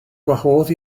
gwahodd